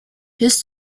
his